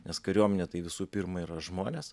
nes kariuomenė tai visų pirma yra žmonės